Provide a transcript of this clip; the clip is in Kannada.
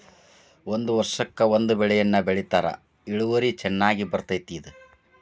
ಒಂದ ವರ್ಷಕ್ಕ ಒಂದ ಬೆಳೆಯನ್ನಾ ಬೆಳಿತಾರ ಇಳುವರಿ ಚನ್ನಾಗಿ ಬರ್ತೈತಿ ಇದು